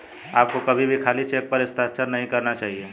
आपको कभी भी खाली चेक पर हस्ताक्षर नहीं करना चाहिए